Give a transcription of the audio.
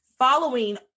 following